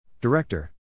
Director